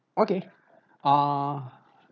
okay err